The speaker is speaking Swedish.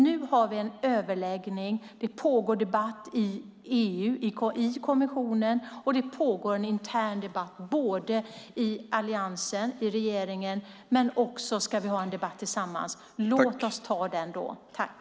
Nu har vi en överläggning, det pågår debatt i EU, i kommissionen och en intern debatt i Alliansen och i regeringen, och vi ska ha en debatt tillsammans. Låt oss ta den frågan då.